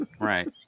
right